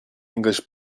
english